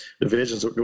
divisions